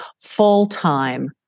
full-time